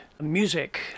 music